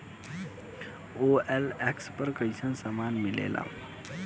OLX पर कइसन सामान मीलेला?